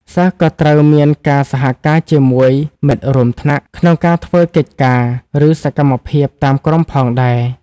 សិស្សក៏ត្រូវមានការសហការជាមួយមិត្តរួមថ្នាក់ ក្នុងការធ្វើកិច្ចការ ឬសកម្មភាពតាមក្រុមផងដែរ។